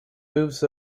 moves